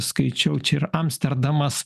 skaičiau čia ir amsterdamas